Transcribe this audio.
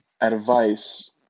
advice